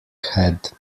head